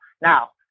Now